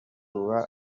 ubaza